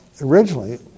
originally